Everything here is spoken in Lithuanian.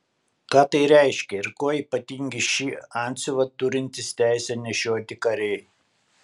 ką tai reiškia ir kuo ypatingi šį antsiuvą turintys teisę nešioti kariai